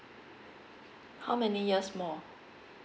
how many years more